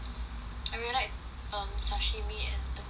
I really like um sashimi and tamago